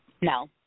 No